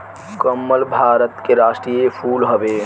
कमल भारत के राष्ट्रीय फूल हवे